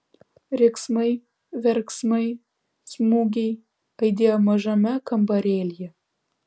riksmai verksmai smūgiai aidėjo mažame kambarėlyje